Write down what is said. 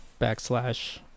backslash